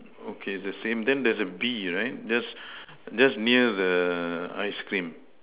okay the same then there is a V right just just near the ice cream